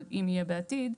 אבל אם יהיה בעתיד.